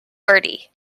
bertie